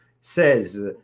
says